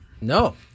No